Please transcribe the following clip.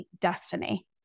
destiny